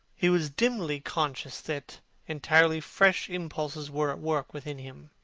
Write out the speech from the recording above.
he was dimly conscious that entirely fresh influences were at work within him.